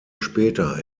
später